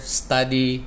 study